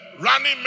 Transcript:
running